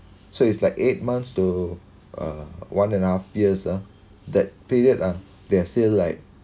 so it's like eight months to uh one and a half years ah that period ah they are still like